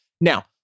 Now